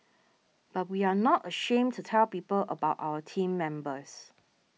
but we are not ashamed to tell people about our team members